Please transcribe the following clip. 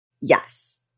Yes